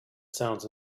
sounds